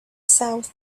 south